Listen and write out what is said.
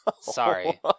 Sorry